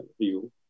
view